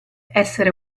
essere